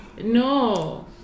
No